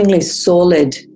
solid